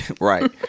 right